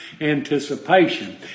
anticipation